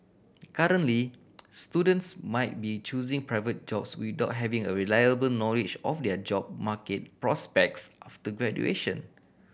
currently students might be choosing private jobs without having a reliable knowledge of their job market prospects after graduation